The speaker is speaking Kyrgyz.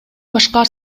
башкалар